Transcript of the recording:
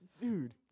Dude